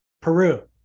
Peru